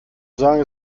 sagen